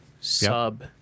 sub